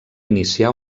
inicià